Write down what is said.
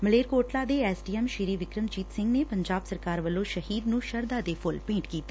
ਮਲੇਰਕੋਟਲਾ ਦੇ S D M Shri Vikramjit Singh ਨੇ ਪੰਜਾਬ ਸਰਕਾਰ ਵੱਲੋਂ ਸ਼ਹੀਦ ਨੂੰ ਸ਼ਰਧਾ ਦੇ ਫੁੱਲ ਭੇਂਟ ਕੀਤੇ